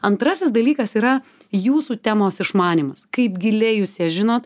antrasis dalykas yra jūsų temos išmanymas kaip giliai jūs ją žinot